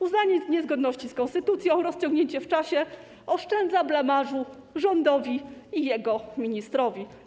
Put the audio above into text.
Uznanie niezgodności z konstytucją, rozciągnięcie w czasie oszczędza blamażu rządowi i jego ministrowi.